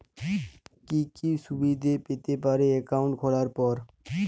কি কি সুবিধে পেতে পারি একাউন্ট খোলার পর?